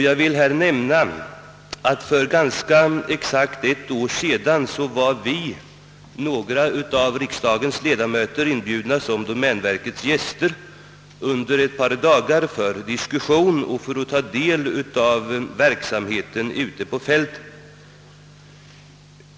Jag vill i detta sammanhang nämna att några av riksdagens ledamöter — däribland jag själv — för exakt ett år sedan var inbjudna att som domänverkets gäster ta del av och diskutera verksamheten ute på fältet.